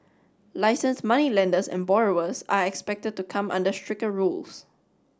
licensed moneylenders and borrowers are expected to come under stricter rules